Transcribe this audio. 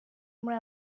muri